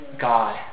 God